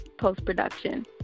post-production